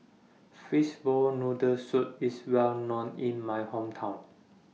Fishball Noodle Soup IS Well known in My Hometown